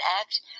Act